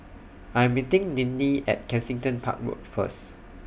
I'm meeting Ninnie At Kensington Park Road First